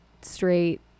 straight